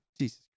Jesus